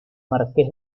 marqués